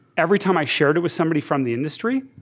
every time i shared it with somebody from the industry,